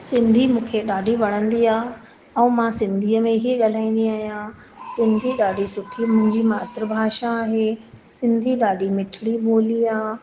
सिंधी मूंखे ॾाढी वणंदी आहे ऐं मां सिंधीअ में ई ॻाल्हाईंदी आहियां सिंधी ॾाढी सुठी मुंहिंजी मातृ भाषा आहे सिंधी ॾाढी मिठिड़ी ॿोली आहे